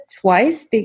twice